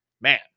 man